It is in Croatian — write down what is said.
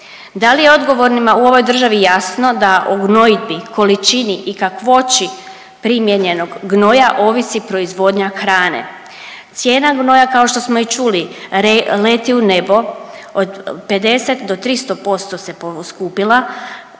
Da li je odgovornima u ovoj državi jasno da o gnojidbi, količini i kakvoći primijenjenog gnoja ovisi proizvodnja hrane. Cijena gnoja kao što smo i čuli leti u nebo od 50 do 300% se poskupila,